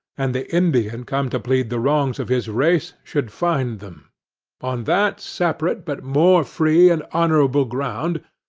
and the indian come to plead the wrongs of his race should find them on that separate but more free and honorable ground,